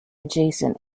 adjacent